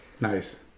nice